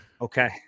Okay